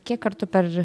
kiek kartų per